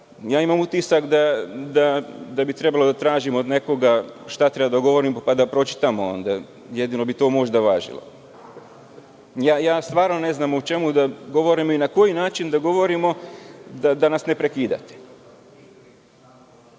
Imam utisak da bi trebalo da tražim od nekoga šta treba da govorim, pa da pročitam ovde. Jedino bi to možda važilo. Stvarno ne znam o čemu da govorim i na koji način da govorimo, a da nas ne prekidate.